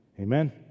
Amen